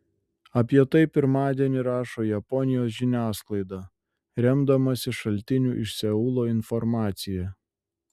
apie tai pirmadienį rašo japonijos žiniasklaida remdamasi šaltinių iš seulo informacija